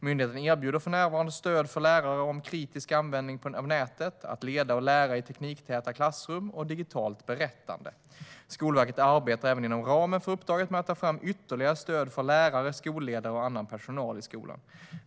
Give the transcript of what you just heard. Myndigheten erbjuder för närvarande stöd för lärare när det gäller kritisk användning av nätet, att leda och lära i tekniktäta klassrum och digitalt berättande. Skolverket arbetar även inom ramen för uppdraget med att ta fram ytterligare stöd för lärare, skolledare och annan personal i skolan.